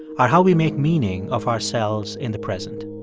are how we make meaning of ourselves in the present.